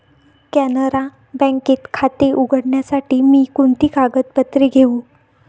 कॅनरा बँकेत खाते उघडण्यासाठी मी कोणती कागदपत्रे घेऊ?